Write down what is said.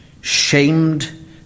shamed